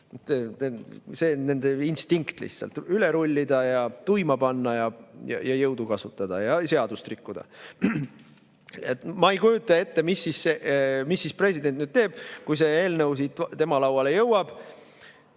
See on nende instinkt lihtsalt üle rullida ja tuima panna ja jõudu kasutada ja seadust rikkuda. Ma ei kujuta ette, mis siis president teeb, kui see eelnõu siit tema lauale jõuab.